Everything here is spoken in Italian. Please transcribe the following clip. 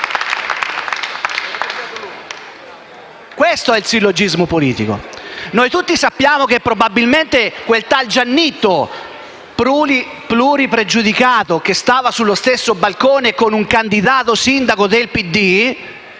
Questo è il sillogismo politico. Noi tutti sappiamo che quel tale Giannitto, pluripregiudicato, che stava sullo stesso balcone con un candidato sindaco del PD,